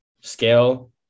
scale